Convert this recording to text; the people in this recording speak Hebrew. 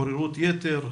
עוררות יתר,